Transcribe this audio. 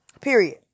Period